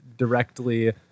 directly